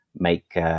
Make